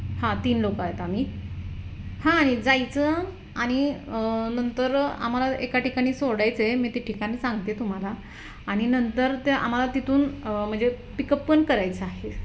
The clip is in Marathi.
हां तीन लोकं आहेत आम्ही हां आणि जायचं आणि नंतर आम्हाला एका ठिकाणी सोडायचं आहे मी ते ठिकाण सांगते तुम्हाला आणि नंतर ते आम्हाला तिथून म्हणजे पिकअप पण करायचं आहे